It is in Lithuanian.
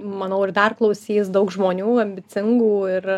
manau ir dar klausys daug žmonių ambicingų ir